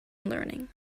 learning